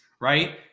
right